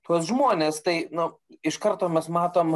tuos žmones tai nu iš karto mes matom